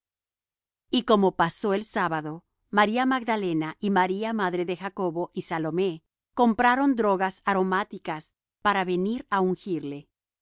el sábado maría magdalena y maría madre de jacobo y salomé compraron drogas aromáticas para venir á ungirle